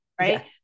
right